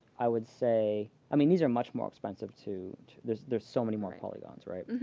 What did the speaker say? i would say i mean, these are much more expensive to there's there's so many more polygons right?